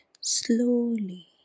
slowly